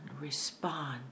respond